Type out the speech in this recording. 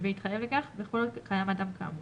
והתחייב לכך, וכל עוד קיים אדם כאמור.